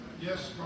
Yes